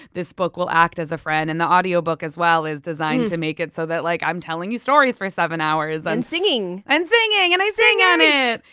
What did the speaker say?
this book will act as a friend. and the audiobook, as well, is designed to make it so that like i'm telling you stories for seven hours and singing! and singing! and i sing on it!